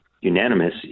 unanimous